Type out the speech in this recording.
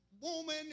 woman